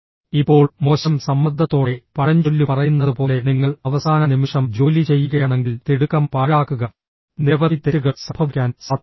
ഇപ്പോൾ മോശം സമ്മർദ്ദത്തോടെ പഴഞ്ചൊല്ല് പറയുന്നതുപോലെ നിങ്ങൾ അവസാന നിമിഷം ജോലി ചെയ്യുകയാണെങ്കിൽ തിടുക്കം പാഴാക്കുക നിരവധി തെറ്റുകൾ സംഭവിക്കാൻ സാധ്യതയുണ്ട്